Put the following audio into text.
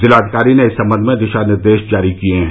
जिलाधिकारी ने इस सम्बंध में दिशा निर्देश जारी किए हैं